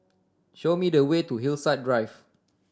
show me the way to Hillside Drive